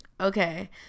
Okay